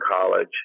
college